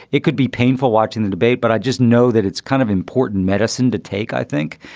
it could be painful watching the debate. but i just know that it's kind of important medicine to take, i think,